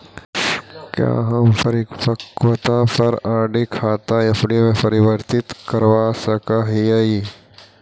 क्या हम परिपक्वता पर आर.डी खाता एफ.डी में परिवर्तित करवा सकअ हियई